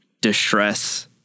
distress